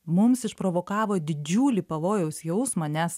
mums išprovokavo didžiulį pavojaus jausmą nes